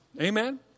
Amen